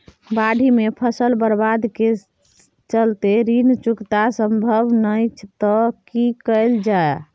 बाढि में फसल बर्बाद के चलते ऋण चुकता सम्भव नय त की कैल जा?